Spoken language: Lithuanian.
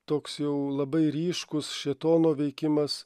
toks jau labai ryškus šėtono veikimas